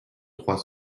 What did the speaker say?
trois